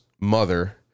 mother